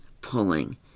pulling